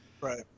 Right